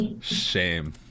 Shame